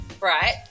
right